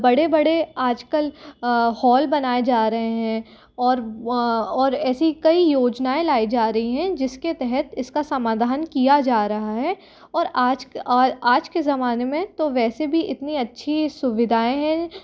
बड़े बड़े आज कल हॉल बनाए जा रहे हैं और और ऐसी कई योजनाऍं लाई जा रही हैं जिसके तहत इसका समाधान किया जा रहा है और आज और आज के ज़माने में तो वैसे भी इतनी अच्छी सुविधाऍं हैं